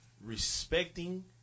respecting